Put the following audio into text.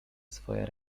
swe